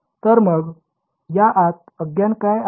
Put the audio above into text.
तर मग या आत अज्ञात काय आहेत